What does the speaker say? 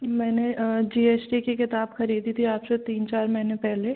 मैंने G S T की किताब खरीदी थी आज से तीन चार महीने पहले